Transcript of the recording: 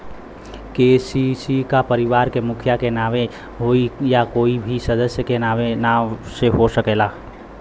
KCC का परिवार के मुखिया के नावे होई या कोई भी सदस्य के नाव से हो सकेला?